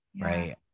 Right